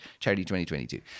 Charity2022